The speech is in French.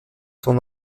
son